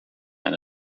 and